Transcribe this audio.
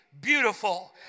beautiful